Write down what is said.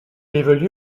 évolue